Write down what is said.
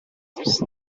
france